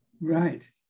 Right